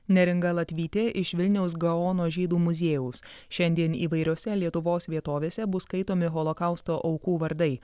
neringa latvytė iš vilniaus gaono žydų muziejaus šiandien įvairiose lietuvos vietovėse bus skaitomi holokausto aukų vardai